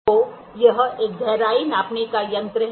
तो यह एक गहराई नापने का यंत्र है